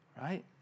right